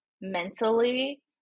mentally